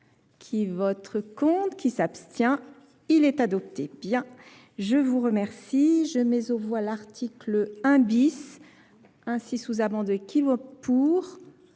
qui votre compte qui s'abstient, il est adopté bien. Je vous remercie. Je mets aux voix l'article un bis ainsi sous abandon qui votre pour